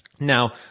Now